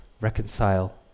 reconcile